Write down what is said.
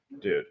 dude